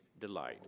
delight